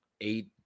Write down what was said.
eight